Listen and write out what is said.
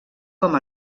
com